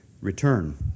return